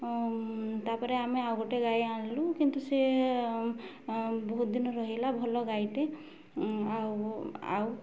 ତା'ପରେ ଆମେ ଆଉ ଗୋଟେ ଗାଈ ଆଣିଲୁ କିନ୍ତୁ ସିଏ ବହୁତ ଦିନ ରହିଲା ଭଲ ଗାଈଟେ ଆଉ ଆଉ